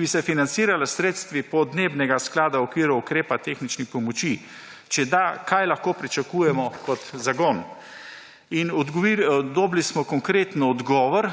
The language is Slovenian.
ki bi se financirala s sredstvi podnebnega sklada v okviru ukrepa tehničnih pomoči. Če da, kaj lahko pričakujemo kot zagon? In dobili smo konkreten odgovor,